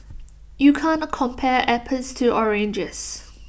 you can't compare apples to oranges